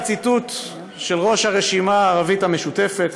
הציטוט של ראש הרשימה הערבית המשותפת,